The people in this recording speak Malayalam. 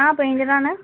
ആ പെയിൻ്റർ ആണ്